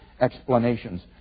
explanations